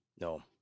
No